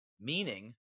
meaning